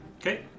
Okay